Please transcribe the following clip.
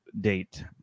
date